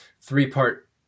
three-part